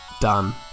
done